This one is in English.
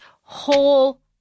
whole